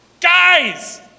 Guys